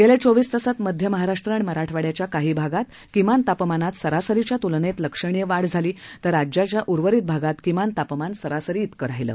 गेल्या चोवीस तासांत मध्य महाराष्ट्र आणि मराठवाड्याच्या काही भागात किमान तापमानात सरासरीच्या तुलनेत लक्षणीय वाढ झाली तर राज्याच्या उर्वरित भागात किमान तापमान सरासरी तिकं राहिलं